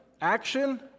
action